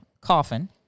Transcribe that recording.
coffin